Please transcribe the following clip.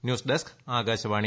news desk Akashvani